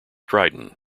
dryden